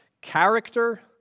Character